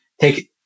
take